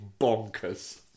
bonkers